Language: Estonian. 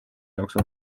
jooksul